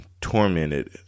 tormented